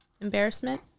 embarrassment